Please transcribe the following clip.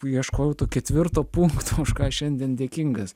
ieškojau to ketvirto punkto už ką šiandien dėkingas